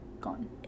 gone